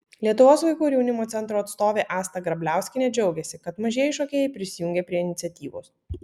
lietuvos vaikų ir jaunimo centro atstovė asta grabliauskienė džiaugėsi kad mažieji šokėjai prisijungė prie iniciatyvos